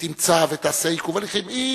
היא